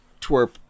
Twerp